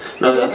No